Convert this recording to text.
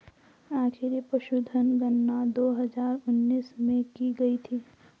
आखिरी पशुधन गणना दो हजार उन्नीस में की गयी थी